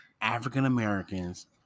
African-Americans